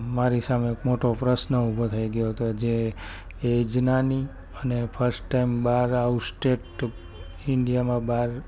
મારી સામે એક મોટો પ્રશ્ન ઊભો થઈ ગયો હતો જે એજ નાની અને ફર્સ્ટ ટાઈમ બહાર આઉટ સ્ટેટ ઈન્ડિયામાં બહાર